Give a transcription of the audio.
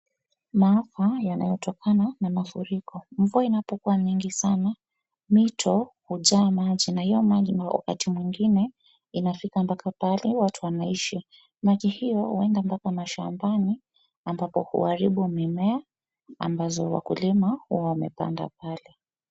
Maafa yanayotokana na mafuriko. Mvua inapokuwa mingi sana, mito hujaa maji na hiyo maji wakati mwingine inafika mpaka pahali watu wanaishi. Maji hiyo huenda mpaka mashambani ambapo huharibu mimea ambazo wakulima huwa wamepanda pale